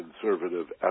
conservative